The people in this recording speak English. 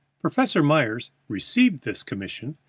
professor myers received this commission,